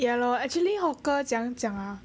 ya lor actually hawker 怎样讲 ah